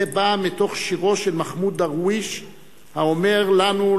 זה בא מתוך שירו של מחמוד דרוויש האומר לנו,